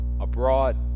Abroad